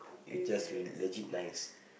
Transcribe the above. you just l~ legit nice